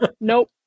nope